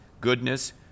goodness